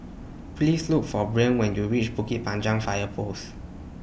Please Look For Brien when YOU REACH Bukit Panjang Fire Post